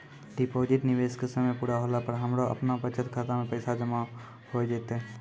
Deposit निवेश के समय पूरा होला पर हमरा आपनौ बचत खाता मे पैसा जमा होय जैतै?